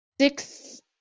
six